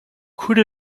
could